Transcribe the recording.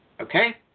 Okay